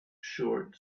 short